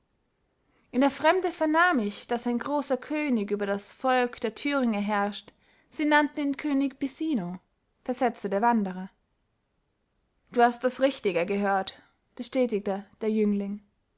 in der fremde vernahm ich daß ein großer könig über das volk der thüringe herrscht sie nannten ihn könig bisino versetzte der wanderer du hast das richtige gehört bestätigte der jüngling